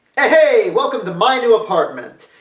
hey-hey! welcome to my new apartment!